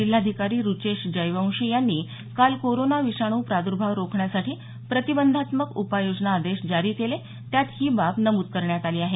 जिल्हाधिकारी रूचेश जयवंशी यांनी काल कोरोना विषाणू प्रादुर्भाव रोखण्यासाठी प्रतिबंधात्मक उपाययोजना आदेश जारी केले त्यात ही बाब नमूद करण्यात आली आहे